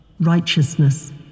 righteousness